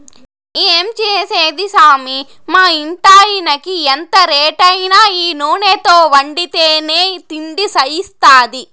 ఏం చేసేది సామీ మా ఇంటాయినకి ఎంత రేటైనా ఈ నూనెతో వండితేనే తిండి సయిత్తాది